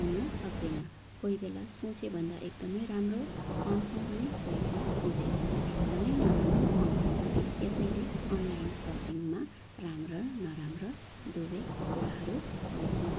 आउन सक्दैन कोही बेला सोचेभन्दा एकदमै राम्रो पाउँछौँ भने कोही बेला सोचेभन्दा एकदमै नराम्रो पाउँछौँ यसैले अनलाइन सपिङमा राम्रा र नराम्रा दुवै कुराहरू पाउँछौँ